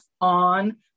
on